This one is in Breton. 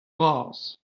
bras